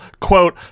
quote